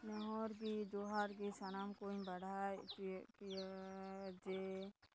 ᱱᱮᱦᱚᱨ ᱜᱮ ᱡᱚᱦᱟᱨ ᱜᱮ ᱥᱟᱱᱟᱢ ᱠᱚᱧ ᱵᱟᱲᱟᱭ ᱦᱚᱪᱚᱭᱮᱫ ᱯᱮᱭᱟ ᱡᱮ